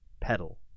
pedal